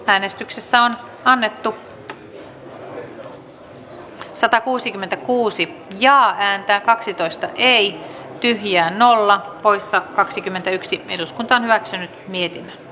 tarkoituksena oli äänestää jaa ääntä kaksitoista ei vihiä nolla poissa kaksikymmentäyksi eduskuntaan evääkseen i